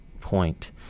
point